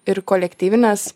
ir kolektyvinės